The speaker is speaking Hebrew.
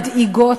מדאיגות,